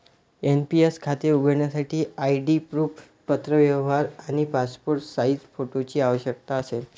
NPS खाते उघडण्यासाठी ID proof, पत्रव्यवहार आणि पासपोर्ट साइज फोटोची आवश्यकता असेल